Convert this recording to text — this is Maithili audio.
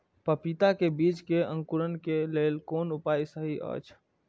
पपीता के बीज के अंकुरन क लेल कोन उपाय सहि अछि?